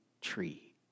tree